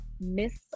Miss